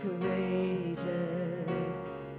courageous